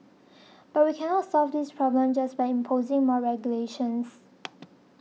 but we cannot solve this problem just by imposing more regulations